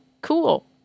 Cool